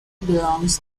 belongs